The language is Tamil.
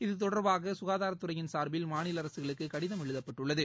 இது தொடர்பாகசுகாதார்ததுறையின் சார்பில் மாநிலஅரசுகளுக்குகடிதம் எழுதப்பட்டுள்ளது